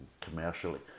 commercially